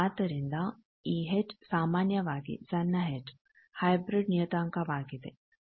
ಆದ್ದರಿಂದ ಈ ಎಚ್ ಸಾಮಾನ್ಯವಾಗಿ ಸಣ್ಣ ಎಚ್ ಹೈಬ್ರಿಡ್ ನಿಯತಾಂಕವಾಗಿದೆ